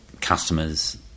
customers